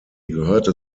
gehörte